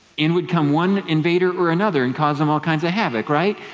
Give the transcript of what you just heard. in would come one invader or another and cause them all kinds of havoc, right?